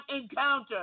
encounter